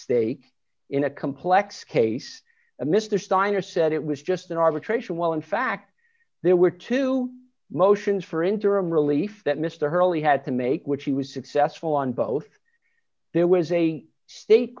stake in a complex case a mr steiner said it was just an arbitration well in fact there were two motions for interim relief that mr hurley had to make which he was successful on both there was a state